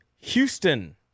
Houston